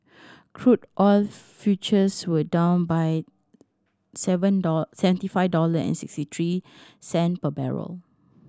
crude oil futures were down to seven seventy five dollar sixty three cent per barrel